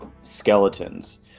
skeletons